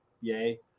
Yay